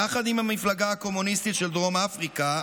יחד עם המפלגה הקומוניסטית של דרום אפריקה,